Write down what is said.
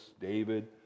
David